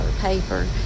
paper